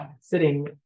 sitting